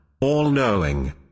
all-knowing